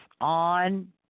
on